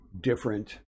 different